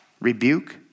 rebuke